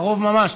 קרוב ממש.